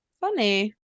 funny